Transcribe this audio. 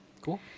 Cool